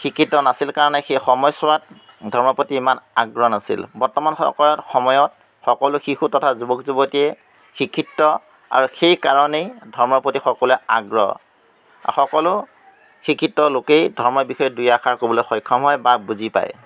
শিক্ষিত নাছিল কাৰণে সেই সময়ছোৱাত ধৰ্মৰ প্ৰতি ইমান আগ্ৰহ নাছিল বৰ্তমান সময়ত সকলো শিশু তথা যুৱক যুৱতীয়ে শিক্ষিত আৰু সেইকাৰণেই ধৰ্মৰ প্ৰতি সকলোৱে আগ্ৰহ সকলো শিক্ষিত লোকেই ধৰ্মৰ বিষয়ে দুই এষাৰ ক'বলৈ সক্ষম হয় বা বুজি পায়